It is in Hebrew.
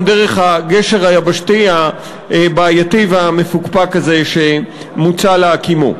דרך הגשר היבשתי הבעייתי והמפוקפק הזה שמוצע להקימו.